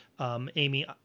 Amy